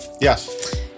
Yes